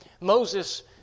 Moses